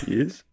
Yes